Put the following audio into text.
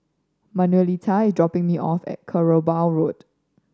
Manuelita is dropping me off at Kerbau Road